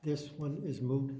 this one is moo